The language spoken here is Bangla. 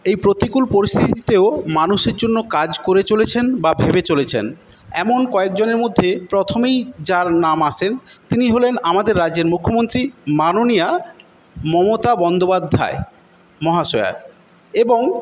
এই প্রতিকূল পরিস্থিতিতেও মানুষের জন্য কাজ করে চলেছেন বা ভেবে চলেছেন এমন কয়েকজনের মধ্যে প্রথমেই যার নাম আসে তিনি হলেন আমাদের রাজ্যের মুখ্যমন্ত্রী মাননীয়া মমতা বন্দ্যোপাধ্যায় মহাশয়া এবং